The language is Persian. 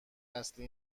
اصلی